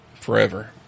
forever